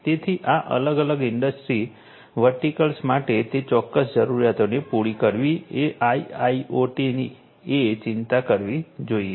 તેથી આ અલગ અલગ ઇન્ડસ્ટ્રી વર્ટિકલ્સ માટે તે ચોક્કસ જરૂરિયાતોને પૂરી કરવી એ IIoT એ ચિંતા કરવી જોઈએ